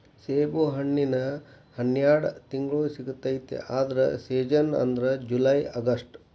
ಸೇಬುಹಣ್ಣಿನ ಹನ್ಯಾಡ ತಿಂಗ್ಳು ಸಿಗತೈತಿ ಆದ್ರ ಸೇಜನ್ ಅಂದ್ರ ಜುಲೈ ಅಗಸ್ಟ